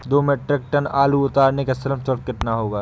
दो metric tonne आलू उतारने का श्रम शुल्क कितना होगा?